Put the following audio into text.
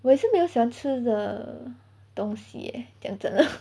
我也是没有喜欢吃的东西 leh 讲真的